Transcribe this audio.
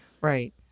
right